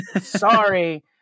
sorry